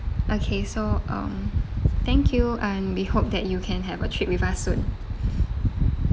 okay so um thank you and we hope that you can have a trip with us soon